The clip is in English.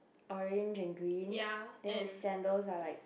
orange and green then his sandals are like